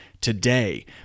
today